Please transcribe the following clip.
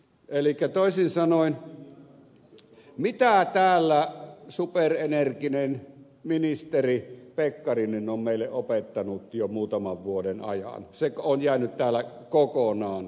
elikkä toisin sanoen mitä täällä superenerginen ministeri pekkarinen on meille opettanut jo muutaman vuoden ajan se on jäänyt täällä kokonaan kertomatta